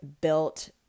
built